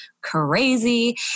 crazy